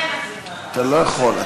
אתה לא יכול.